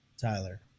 Tyler